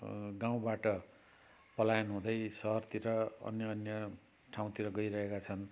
गाउँबाट पलायन हुँदै सहरतिर अन्यअन्य ठाउँतिर गइरहेका छन्